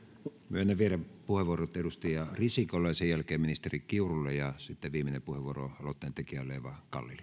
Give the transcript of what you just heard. myönnän vielä puheenvuoron edustaja risikolle ja sen jälkeen ministeri kiurulle ja sitten viimeinen puheenvuoro aloitteentekijälle eeva